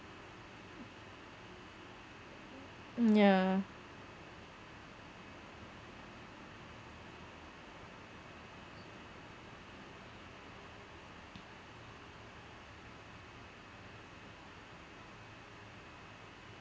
mm yeah